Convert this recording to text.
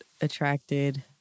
attracted